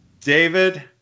David